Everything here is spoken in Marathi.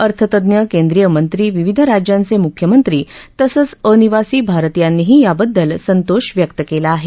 अर्थतज्ञ केंद्रीयमंत्री विविध राज्यांचे मुख्यमंत्री तसंच अनिवासी भारतीयांनीही याबद्दल संतोष व्यक्त केला आहे